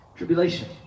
Tribulation